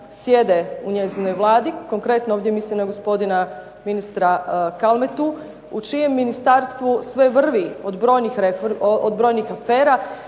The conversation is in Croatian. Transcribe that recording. sjede u njezinoj Vladi. Konkretno ovdje mislim na gospodina ministra Kalmetu u čijem ministarstvu sve vrvi od brojnih afera.